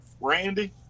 Randy